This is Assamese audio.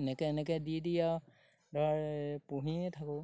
এনেকৈ এনেকৈ দি দি আৰু ধৰ পুহিয়ে থাকোঁ